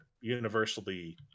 universally